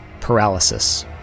paralysis